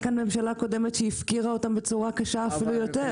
כאן ממשלה קודמת שהפקירה אותם בצורה קשה אפילו יותר.